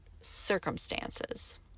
circumstances